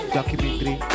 documentary